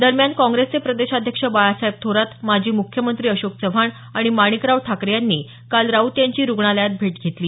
दरम्यान काँग्रेसचे प्रदेशाध्यक्ष बाळासाहेब थोरात माजी मुख्यमंत्री अशोक चव्हाण आणि माणिकराव ठाकरे यांनी काल राऊत यांची रुग्णालयात भेट घेतली